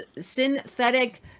synthetic